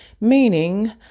meaning